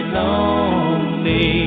lonely